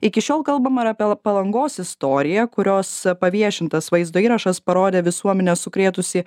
iki šiol kalbama ir apiel palangos istoriją kurios paviešintas vaizdo įrašas parodė visuomenę sukrėtusį